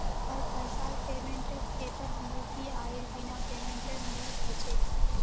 हर पैसार पेमेंटक ऐपत यूपीआईर बिना पेमेंटेर नइ ह छेक